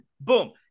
Boom